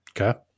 Okay